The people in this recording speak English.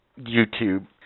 YouTube